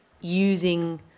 using